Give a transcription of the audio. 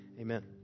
Amen